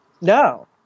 No